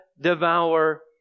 devour